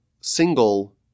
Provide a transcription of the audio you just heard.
single